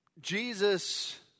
Jesus